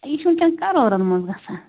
یہِ چھُ وُنکٮ۪ن کَرورن منٛز گژھان